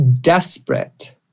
desperate